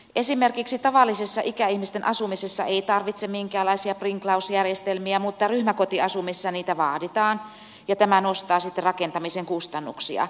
esimerkiksi tavallisessa ikäihmisten asumisessa ei tarvitse minkäänlaisia sprinklausjärjestelmiä mutta ryhmäkotiasumisessa niitä vaaditaan ja tämä nostaa sitten rakentamisen kustannuksia